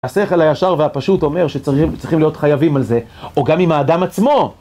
השכל הישר והפשוט אומר שצריכים להיות חייבים על זה, או גם עם האדם עצמו!